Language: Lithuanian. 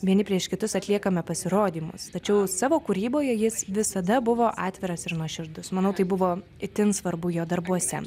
vieni prieš kitus atliekame pasirodymus tačiau savo kūryboje jis visada buvo atviras ir nuoširdus manau tai buvo itin svarbu jo darbuose